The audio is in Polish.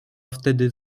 wtedy